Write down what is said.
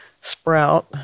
sprout